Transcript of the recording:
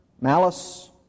malice